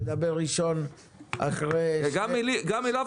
אתה תדבר ראשון אחרי --- גם העלבת